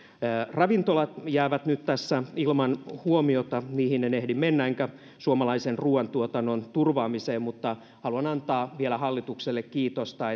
ravintolat jäävät nyt tässä ilman huomiota niihin en ehdi mennä enkä suomalaisen ruoantuotannon turvaamiseen mutta haluan antaa vielä hallitukselle kiitosta